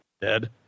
dead